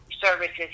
services